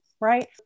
right